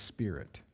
Spirit